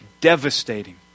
Devastating